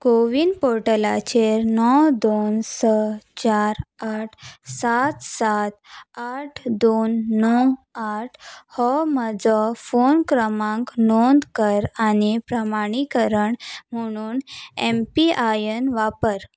कोविन पोर्टलाचेर णव दोन स चार आठ सात सात आठ दोन णव आठ हो म्हजो फोन क्रमांक नोंद कर आनी प्रमाणीकरण म्हुणून ऍम पी आय ऍन वापर